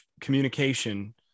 communication